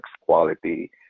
quality